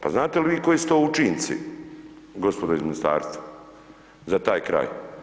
Pa znate li vi koji su to učinci, gospodo iz Ministarstva, za taj kraj?